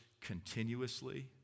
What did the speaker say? continuously